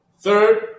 Third